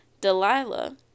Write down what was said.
Delilah